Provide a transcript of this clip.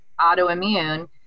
autoimmune